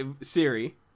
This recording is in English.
Siri